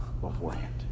beforehand